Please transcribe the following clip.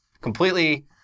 completely